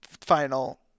final